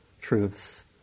Truths